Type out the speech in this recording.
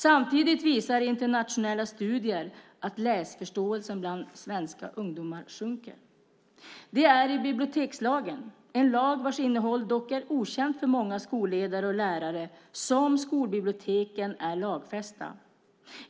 Samtidigt visar internationella studier att läsförståelsen bland svenska ungdomar sjunker. Det är i bibliotekslagen - en lag vars innehåll dock är okänt för många skolledare och lärare - som skolbiblioteken är lagfästa.